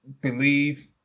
believe